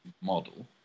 model